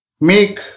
make